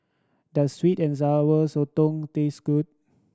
does sweet and Sour Sotong taste good